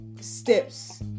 Steps